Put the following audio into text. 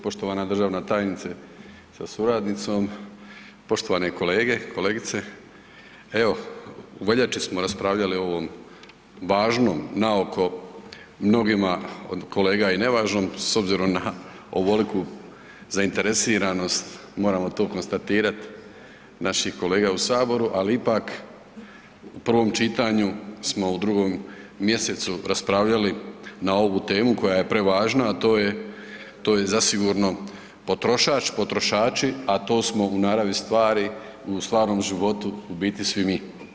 Poštovana državna tajnice sa suradnicom, poštovane kolege, kolegice, evo u veljači smo raspravljali o ovom važnom naoko mnogima od kolega i nevažnom s obzirom na ovoliku zainteresiranost moramo to konstatirati naših kolega u saboru, ali ipak u prvom čitanju smo u 2. mjesecu raspravljali na ovu temu koja je prevažna, a to je, to je zasigurno potrošač, potrošači, a to smo u naravi stvari, u stvarnom životu u biti svi mi.